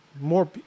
more